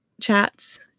chats